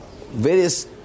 various